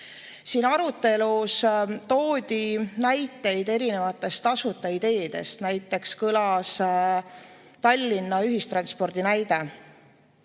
Siin arutelus toodi näiteid erinevatest tasuta teenustest, näiteks kõlas Tallinna ühistranspordi näide.